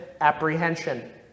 apprehension